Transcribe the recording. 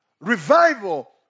Revival